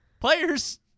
Players